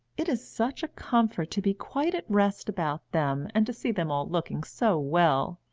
it is such a comfort to be quite at rest about them, and to see them all looking so well.